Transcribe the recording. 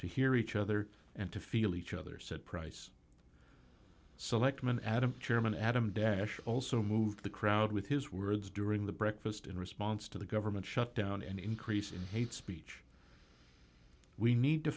to hear each other and to feel each other said pryce selectman adams chairman adam dash also moved the crowd with his words during the breakfast in response to the government shutdown and increase in hate speech we need to